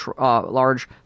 large